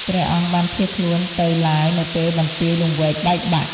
ព្រះអង្គបានភៀសខ្លួនទៅឡាវនៅពេលបន្ទាយលង្វែកបែកបាក់។